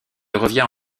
revient